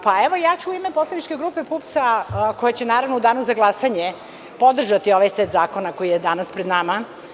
Pa, evo ja ću u ime poslaničke grupe PUPS-a koja će naravno u danu za glasanje podržati ovaj set zakona koji je danas pred nama.